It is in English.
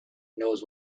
knows